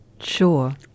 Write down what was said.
Sure